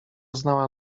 znała